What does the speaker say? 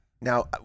Now